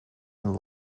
and